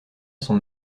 son